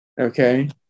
Okay